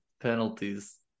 Penalties